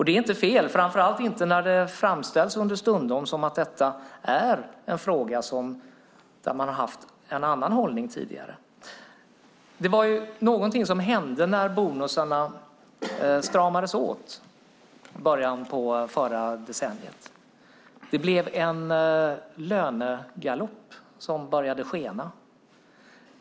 Det är inte fel, framför allt inte när det understundom framställs som att detta är en fråga där man har haft en annan hållning tidigare. Det var någonting som hände när bonusarna stramades åt i början av förra decenniet. Det blev en lönegalopp som började skena.